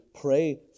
pray